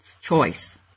choice